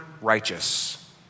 righteous